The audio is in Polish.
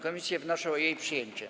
Komisje wnoszą o jej przyjęcie.